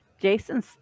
Jason